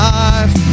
life